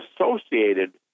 associated